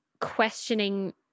questioning